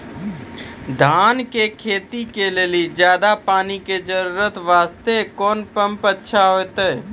धान के खेती के लेली ज्यादा पानी के जरूरत वास्ते कोंन पम्प अच्छा होइते?